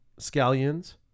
scallions